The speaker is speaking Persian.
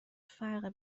فرق